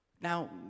Now